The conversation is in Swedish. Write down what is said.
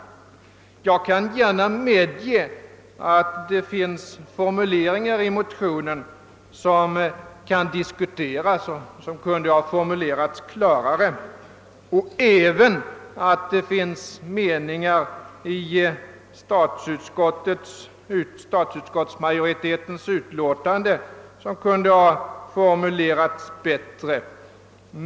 Jag skall gärna medge att det finns formuleringar i motionen som kan diskuteras och som borde ha gjorts klarare liksom även att en del meningar i statsutskottsmajoritetens utlåtande kunde ha formulerats bättre.